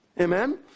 Amen